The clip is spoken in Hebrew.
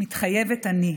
"מתחייבת אני".